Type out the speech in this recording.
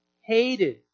hated